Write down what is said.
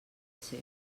ser